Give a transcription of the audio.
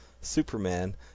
Superman